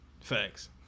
facts